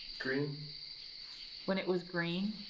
green when it was green?